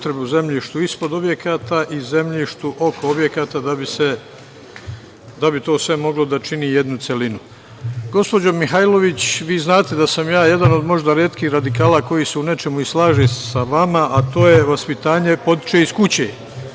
upotrebu, zemljištu ispod objekata i zemljištu oko objekata, da bi to sve moglo da čini jednu celinu. Gospođo Mihajlović, vi znate da sam ja jedan od možda retkih radikala koji se u nečemu i slaže sa vama, a to je vaspitanje da potiče iz kuće.